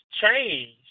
changed